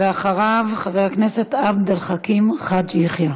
ואחריו, חבר הכנסת עבד אל חכים חאג' יחיא.